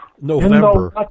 November